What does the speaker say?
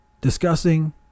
discussing